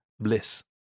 bliss